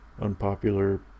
unpopular